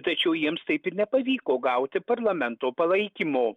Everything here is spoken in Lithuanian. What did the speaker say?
tačiau jiems taip ir nepavyko gauti parlamento palaikymo